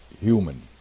human